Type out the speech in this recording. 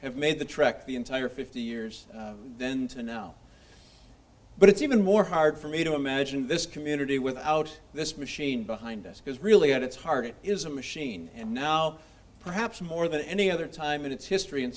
have made the trek the entire fifty years then to now but it's even more hard for me to imagine this community without this machine behind us because really at its heart it is a machine and now perhaps more than any other time in its history and